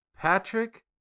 Patrick